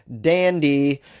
dandy